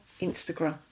Instagram